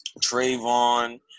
Trayvon